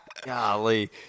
Golly